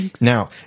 Now